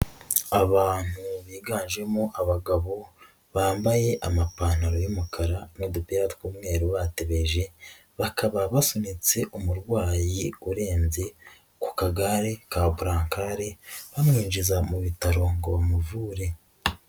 Abantu biganjemo abagabo bambaye amapantaro y'umukara n'udupira tw'umweru batebeje, bakaba basunitse umurwayi urembye ku kagare ka burankari bamwinjiza mu bitaro ngo bamuvure.